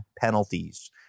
penalties